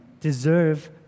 deserve